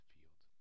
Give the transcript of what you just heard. Field